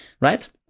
right